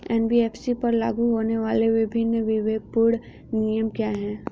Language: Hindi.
एन.बी.एफ.सी पर लागू होने वाले विभिन्न विवेकपूर्ण नियम क्या हैं?